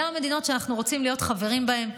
אלה המדינות שאנחנו רוצים להיות חברים בהן,